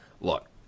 Look